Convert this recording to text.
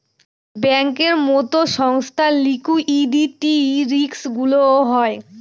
ব্যাঙ্কের মতো সংস্থার লিকুইডিটি রিস্কগুলোও হয়